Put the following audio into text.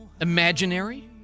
Imaginary